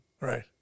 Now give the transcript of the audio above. Right